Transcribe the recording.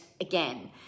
again